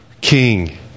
king